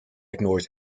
ignores